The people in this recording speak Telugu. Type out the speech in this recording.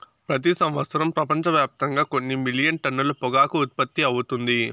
ప్రతి సంవత్సరం ప్రపంచవ్యాప్తంగా కొన్ని మిలియన్ టన్నుల పొగాకు ఉత్పత్తి అవుతుంది